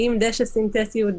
האם דשא סינתטי הוא דשא?